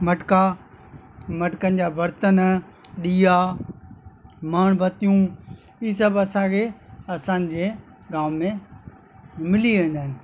मटका मटकनि जा बर्तन ॾीआ मीणबतियूं ही सभु असांखे असांजे गांव में मिली वेंदा आहिनि